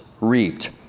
reaped